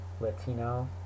Latino